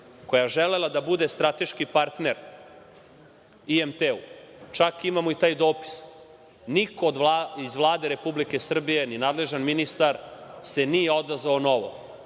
koja je želela da bude strateški partner IMT, čak imamo i taj dopis. Niko iz Vlade Republike Srbije, ni nadležan ministar se nije odazvao na ovo.